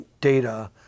data